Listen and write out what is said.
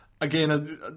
again